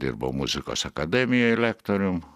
dirbau muzikos akademijoj rektorium